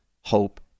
hope